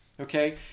okay